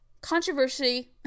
controversy